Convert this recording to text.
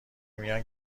میان